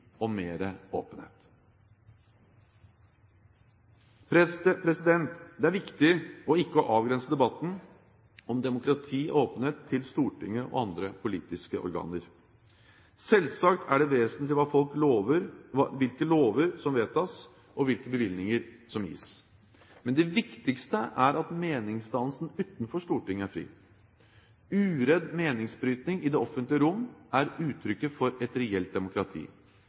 og mer åpenhet. Det er viktig ikke å avgrense debatten om demokrati og åpenhet til Stortinget og andre politiske organer. Selvsagt er det vesentlig hvilke lover som vedtas, og hvilke bevilgninger som gis. Men det viktigste er at meningsdannelsen utenfor Stortinget er fri. Uredd meningsbryting i det offentlige rom er uttrykket for et reelt demokrati.